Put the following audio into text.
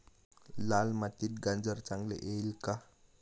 लाल मातीत गाजर चांगले येईल का?